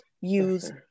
use